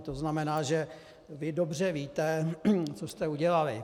To znamená, že vy dobře víte, co jste udělali.